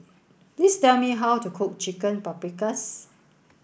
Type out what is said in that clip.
please tell me how to cook Chicken Paprikas